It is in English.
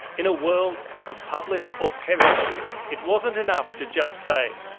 in a world of publish or perish it wasn't enough to just say,